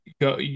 go